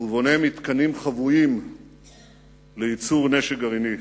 ובונה מתקנים חבויים לייצור נשק גרעיני.